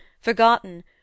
forgotten